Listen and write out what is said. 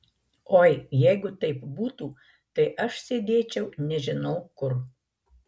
oi jeigu taip būtų tai aš sėdėčiau nežinau kur